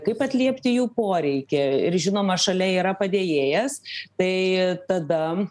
kaip atliepti jų poreikį ir žinoma šalia yra padėjėjas tai tada